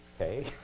Okay